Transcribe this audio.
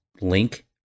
link